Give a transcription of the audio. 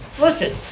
Listen